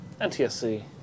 NTSC